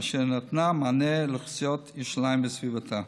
אשר נתנה מענה לסביבות ירושלים וסביבתה.